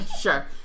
sure